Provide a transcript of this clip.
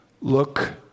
look